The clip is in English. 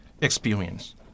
experience